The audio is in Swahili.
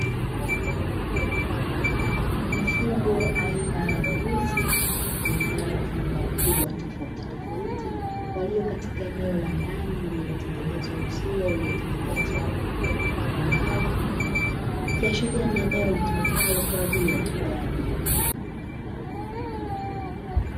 Mifugo aina ya mbuzi wenye rangi na ukubwa tofautitofauti waliokatika eneo la ndani lenye uzio uliyotengenezwa kwa mbao, ikiashiria ni eneo litumikalo kwa ajili ya ufugaji.